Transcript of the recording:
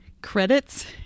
Credits